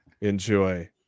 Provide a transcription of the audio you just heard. Enjoy